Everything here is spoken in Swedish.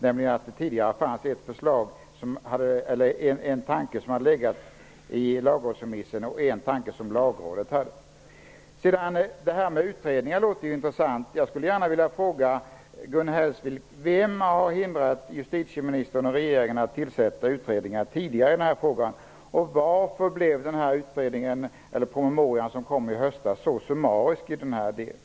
Det fanns nämligen tidigare en tanke om detta i lagrådsremissen och en som Lagrådet hade. Det som sagts om utredningar låter intressant. Jag skulle gärna vilja fråga Gun Hellsvik: Vem har hindrat justitieministern och regeringen från att tillsätta utredningar tidigare i denna fråga? Varför blev den promemoria som kom i höstas så summarisk i denna del?